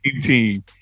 team